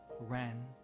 ran